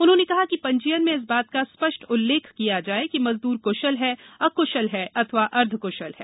उन्होंने कहा कि पंजीयन में इस बात का स्पष्ट उल्लेख किया जाए कि मजदूर क्शल है अक्शल है अथवा अर्द्धक्शल है